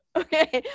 okay